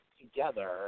together